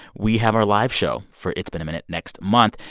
we have our live show for it's been minute next month,